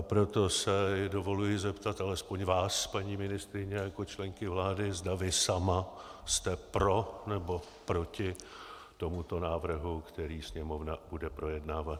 Proto se dovoluji zeptat alespoň vás, paní ministryně, jako členky vlády, zda vy sama jste pro, nebo proti tomuto návrhu, který Sněmovna bude projednávat.